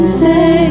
say